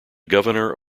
governor